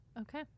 Okay